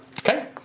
Okay